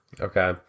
Okay